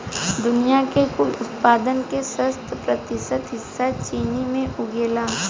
दुनिया के कुल उत्पादन के सत्तर प्रतिशत हिस्सा चीन में उगेला